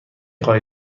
خواهی